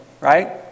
right